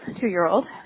two-year-old